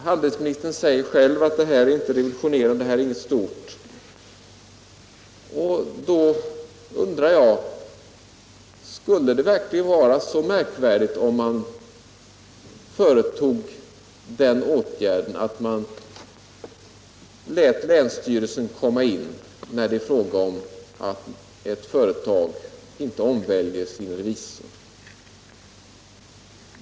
Handelsministern säger att det inte är något stort och revolutionerande att byta en instans mot en annan. Nej, det är helt riktigt, och därför vore det kanske inte så märkvärdigt om man lät länsstyrelsen komma in när ett företag inte omväljer sin revisor.